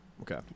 Okay